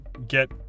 Get